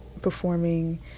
performing